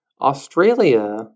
Australia